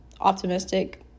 optimistic